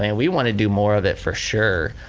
and we want to do more of it for sure.